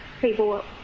people